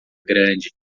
grande